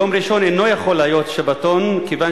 יום ראשון אינו יכול להיות שבתון כיוון